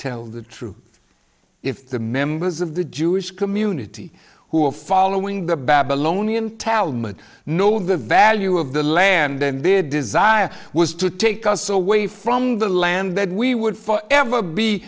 tell the truth if the members of the jewish community who are following the babylonian talmud know the value of the land then their desire was to take us away from the land that we would forever be